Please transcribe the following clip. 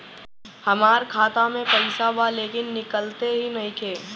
हमार खाता मे पईसा बा लेकिन निकालते ही नईखे?